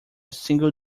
single